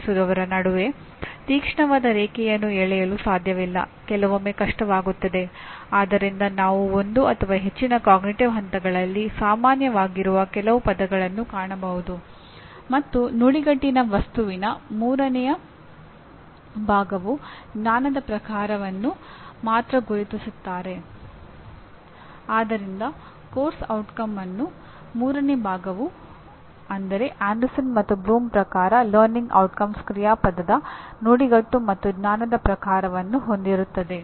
ಆದರೆ ಇವೆಲ್ಲವನ್ನೂ ಮಾಡುವಾಗ ಅವರು ಉತ್ತಮವಾಗಿ ವ್ಯಾಖ್ಯಾನಿಸಲಾದ ವೃತ್ತಿಪರ ಮತ್ತು ನೈತಿಕ ಮಾನದಂಡಗಳಲ್ಲಿ ಕಾರ್ಯನಿರ್ವಹಿಸುವುದು ಮತ್ತು ವರ್ತಿಸುವುದೂ ಅಗತ್ಯವಾಗಿರುತ್ತದೆ ಏಕೆಂದರೆ ಪ್ರತಿಯೊಂದು ವೃತ್ತಿಪರ ಸಂಸ್ಥೆಯು ನಡವಳಿಕೆಯ ಕೆಲವು ಅವಶ್ಯಕತೆಗಳನ್ನು ಹೊಂದಿದೆ ಮತ್ತು ಇವುಗಳನ್ನು ವೃತ್ತಿಪರ ಮತ್ತು ನೈತಿಕ ಮಾನದಂಡಗಳಾಗಿ ವಿವರಿಸಲಾಗುತ್ತದೆ